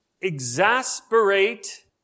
exasperate